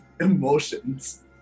emotions